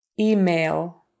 Email